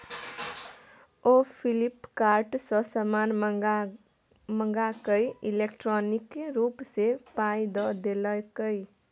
ओ Flipkart सँ समान मंगाकए इलेक्ट्रॉनिके रूप सँ पाय द देलकै